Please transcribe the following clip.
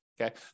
Okay